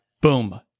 boom